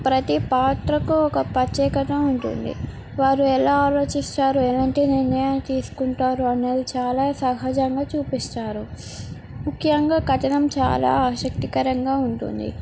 ప్రతి పాత్రకు ఒక ప్రత్యేకత ఉంటుంది వారు ఎలా ఆలోచిస్తారు ఎలాంటి నిర్ణయాలు తీసుకుంటారు అనేది చాలా సహజంగా చూపిస్తారు ముఖ్యంగా కథనం చాలా ఆసక్తికరంగా ఉంటుంది